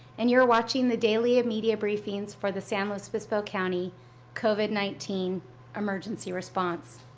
and you are watching the daily media briefings for the san luis obispo county covid nineteen emergency response.